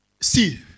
See